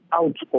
out